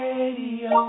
Radio